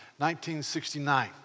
1969